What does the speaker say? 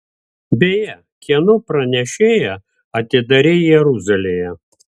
beje kieno pranešėją atidarei jeruzalėje